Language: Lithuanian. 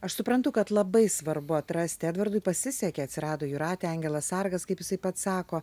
aš suprantu kad labai svarbu atrasti edvardui pasisekė atsirado jūratė angelas sargas kaip jisai pats sako